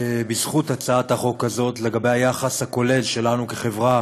בזכות הצעת החוק הזאת, ליחס הכולל שלנו כחברה